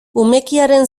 umekiaren